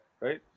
right